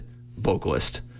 vocalist